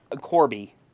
corby